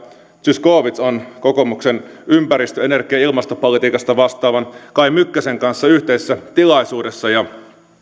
zyskowicz on kokoomuksen ympäristö energia ja ilmastopolitiikasta vastaavan kai mykkäsen kanssa yhteisessä tilaisuudessa tosiaan kai